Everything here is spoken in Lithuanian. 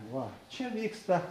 va čia vyksta